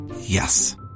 Yes